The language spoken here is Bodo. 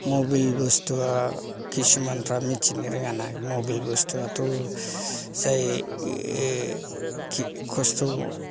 मबेल बुस्थुआ खिसुमानफ्रा मिथिनो रोङा ना मबेल बुस्थुआथ' जाय खि खस्थ'